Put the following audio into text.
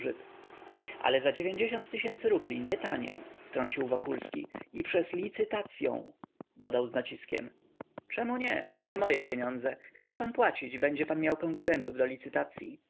ale za rubli nie taniej wtrącił wokulski i przez li-cy-tacyą dodał z naciskiem czemu nie to nie moje pieniądze chce pan płacić będzie pan miał konkurentów do licytacyi